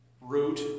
root